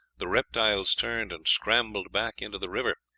the reptiles turned and scrambled back into the river,